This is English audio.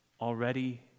Already